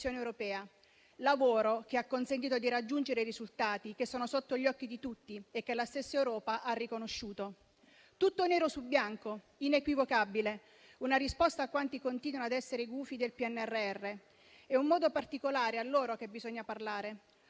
europea; lavoro che ha consentito di raggiungere i risultati che sono sotto gli occhi di tutti e che la stessa Europa ha riconosciuto. Tutto nero su bianco, inequivocabile, con una risposta a quanti continuano ad essere gufi del PNRR. È in modo particolare a loro che bisogna parlare.